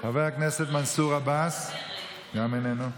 הכנסת מנסור עבאס, גם איננו.